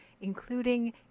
including